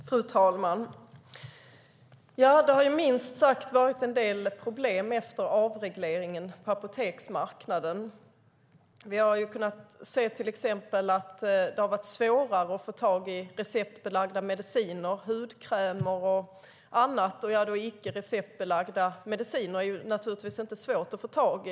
Fru talman! Det har varit en del problem, minst sagt, efter avregleringen av apoteksmarknaden. Vi har sett att det blivit svårare att få tag på receptbelagda mediciner. Hudkrämer och annat, liksom icke receptbelagda mediciner, är naturligtvis inte svårt att få tag på.